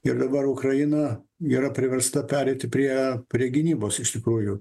ir dabar ukraina yra priversta pereiti prie prie gynybos iš tikrųjų